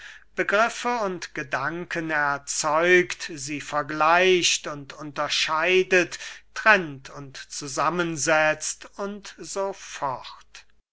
begriffe und gedanken erzeugt sie vergleicht und unterscheidet trennt und zusammensetzt u